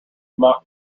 mock